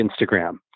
Instagram